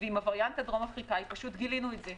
ועם הווריאנט הדרום אפריקאי פשוט גילינו את זה.